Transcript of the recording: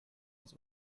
his